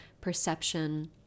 perception